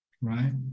right